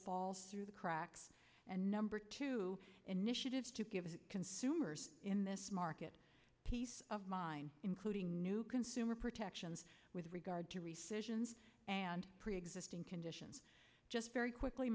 falls through the cracks and number two initiatives to give consumers in this market piece of mind including new consumer protections with regard to resurgence and preexisting conditions just very quickly